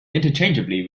interchangeably